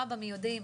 מה במיידי,